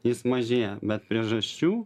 jis mažėja bet priežasčių